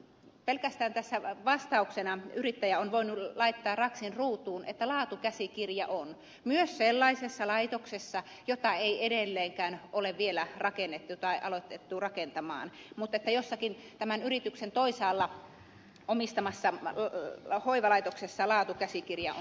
pelkästään vastauksena yrittäjä on voinut laittaa raksin ruutuun että laatukäsikirja on myös sellaisessa laitoksessa jota ei edelleenkään vielä ole rakennettu tai aloitettu rakentaa mutta jossakin tämän yrityksen toisaalla omistamassa hoivalaitoksessa laatukäsikirja on olemassa